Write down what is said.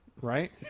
right